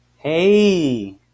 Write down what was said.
Hey